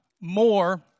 more